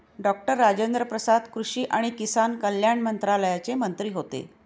doctor Rajendra Prasad कृषी आणि किसान कल्याण मंत्रालयाचे मंत्री होते